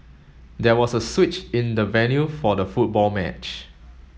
there was a switch in the venue for the football match